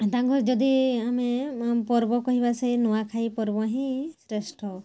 ତାଙ୍କର ଯଦି ଆମେ ପର୍ବ କହିବା ସେହି ନୂଆଁଖାଇ ପର୍ବ ହିଁ ଶ୍ରେଷ୍ଠ